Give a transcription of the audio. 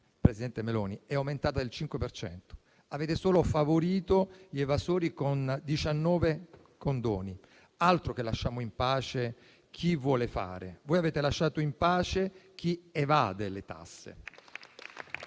presidente Meloni, è aumentata del 5 per cento. Avete solo favorito gli evasori con 19 condoni. Altro che «lasciamo in pace chi vuole fare»; voi avete lasciato in pace chi evade le tasse.